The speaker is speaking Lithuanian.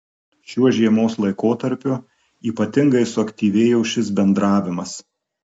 šiuo žiemos laikotarpiu ypatingai suaktyvėjo šis bendravimas